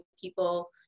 people